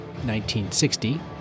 1960